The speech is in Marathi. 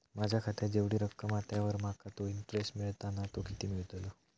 माझ्या खात्यात जेवढी रक्कम हा त्यावर माका तो इंटरेस्ट मिळता ना तो किती मिळतलो?